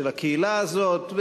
של הקהילה הזאת.